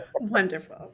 Wonderful